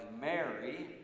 Mary